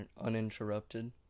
uninterrupted